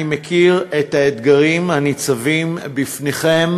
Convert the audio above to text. אני מכיר את האתגרים הניצבים בפניכם,